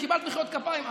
קיבלת מחיאות כפיים,